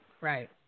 right